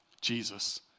Jesus